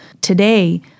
Today